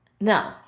No